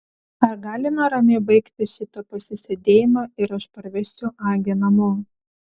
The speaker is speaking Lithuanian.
ar galime ramiai baigti šitą pasisėdėjimą ir aš parvežčiau agę namo